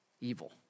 evil